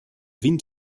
wind